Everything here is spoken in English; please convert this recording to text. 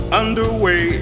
underway